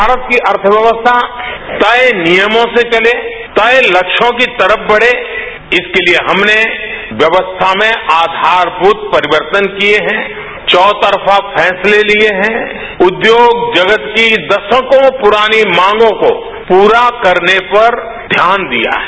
भारत की अर्थव्यवस्था तय नियमों से चले तय लक्ष्यों की तरफ बढ़े इसके लिए हमने व्यवस्था में आधारभूत परिवर्तन किए हैं चौतरफा फैसले लिए हैं उद्योग जगत की दशकों पुरानी मांगों को पूरा करने पर ध्यान दिया है